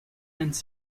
lends